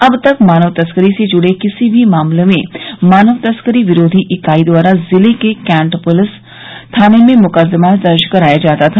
अब तक मानव तस्करी से जुड़े किसी भी मामले में मानव तस्करी विरोधी इकाई द्वारा जिले के कैंट पुलिस पुलिस थाने में मुकदमा दर्ज कराया जाता था